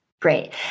Great